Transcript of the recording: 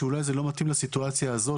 שאולי היא לא מתאימה לסיטואציה הזאת,